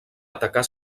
atacar